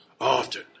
Often